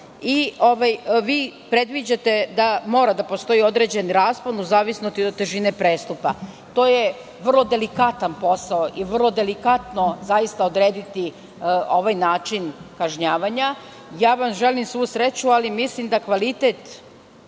i vi predviđate da mora da postoji određen raspon u zavisnosti od težine prestupa. To je vrlo delikatan posao i vrlo delikatno je odrediti ovaj način kažnjavanja. Želim vam svu sreću ali mislim da kvalitet